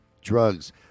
drugs